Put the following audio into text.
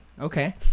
okay